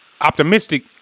optimistic